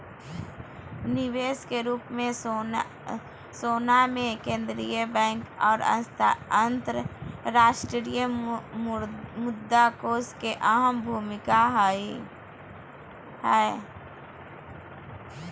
निवेश के रूप मे सोना मे केंद्रीय बैंक आर अंतर्राष्ट्रीय मुद्रा कोष के अहम भूमिका हय